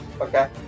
Okay